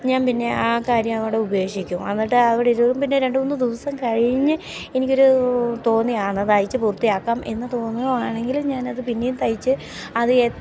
ഞാൻ പിന്നെ ആ കാര്യം അവിടെ ഉപേക്ഷിക്കും എന്നിട്ട് അവിടെ ഇരുന്ന് പിന്നെ രണ്ടു മൂന്ന് ദിവസം കഴിഞ്ഞ് എനിക്കൊരു തോന്നിയാൽ എന്നാൽ തയ്ച്ച് പൂർത്തിയാക്കാം എന്നു തോന്നുകയാണെങ്കിൽ ഞാനത് പിന്നേയും തയ്ച്ച് അത്